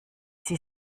sie